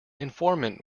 informant